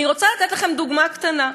אני רוצה לתת לכם דוגמה קטנה: